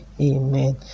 Amen